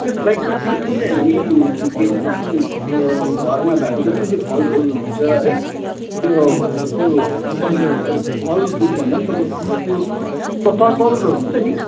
त्यसबाहेक चाहिँ त्यो दिन चाहिँ हामी के हुन्छ आफ्नो घरमा भएको जति पनि फलफुल हुन्छ है त्यो त्यो तपाईँको फलफुल भन्दा पनि तपाईँको जुन चाहिँ त्यो तरुलहरू हुन्छ नि